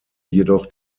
jedoch